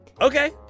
Okay